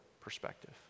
perspective